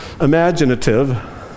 imaginative